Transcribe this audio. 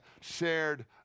shared